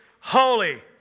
holy